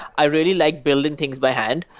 i really like building things by hand,